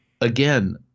again